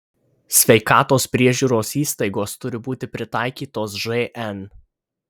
sveikatos priežiūros įstaigos turi būti pritaikytos žn